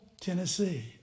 Tennessee